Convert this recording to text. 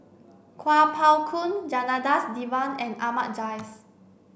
Kuo Pao Kun Janadas Devan and Ahmad Jais